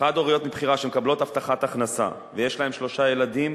חד-הוריות מבחירה שמקבלות הבטחת הכנסה ויש להן שלושה ילדים